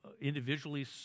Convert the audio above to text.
individually